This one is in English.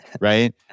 right